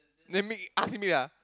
then make ask him here ah